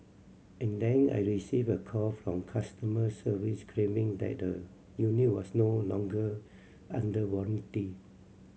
and then I received a call from customer service claiming that the unit was no longer under warranty